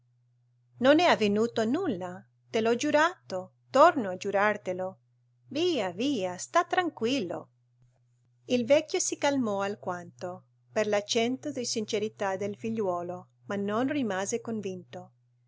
non è avvenuto nulla te l'ho giurato torno a giurartelo via via sta tranquillo il vecchio si calmò alquanto per l'accento di sincerità del figliuolo ma non rimase convinto